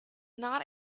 not